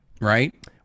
right